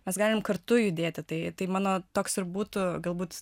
mes galim kartu judėti tai tai mano toks ir būtų galbūt